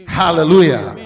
hallelujah